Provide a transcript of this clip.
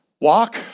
walk